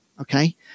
okay